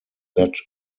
that